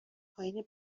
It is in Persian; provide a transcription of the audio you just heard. پایین